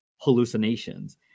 hallucinations